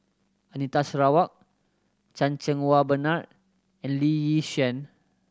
Anita Sarawak Chan Cheng Wah Bernard and Lee Yi Shyan